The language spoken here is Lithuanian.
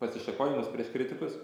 pasišakojimus prieš kritikus